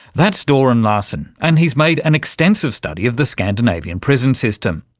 that's doran larson and he's made an extensive study of the scandinavian prison system.